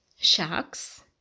sharks